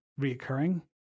reoccurring